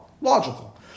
Logical